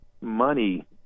money